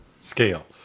scale